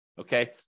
okay